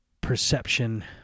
perception